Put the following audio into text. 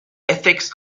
ethics